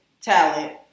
talent